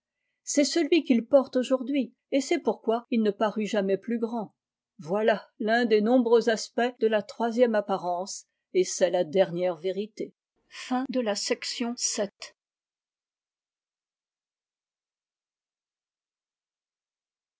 c'est celui qu'il porte aujourd'hui et c'est pourquoi il ne parut jamais plus grand voilà l'un des nombreux aspects de la troisième apparence et c'est la dernière vérité